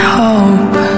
hope